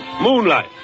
Moonlight